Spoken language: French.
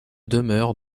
demeure